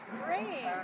great